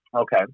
Okay